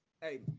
Hey